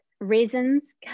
resins